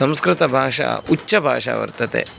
संस्कृतभाषा उच्चभाषा वर्तते